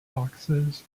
foxes